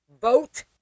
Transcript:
Vote